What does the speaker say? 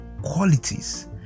qualities